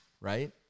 right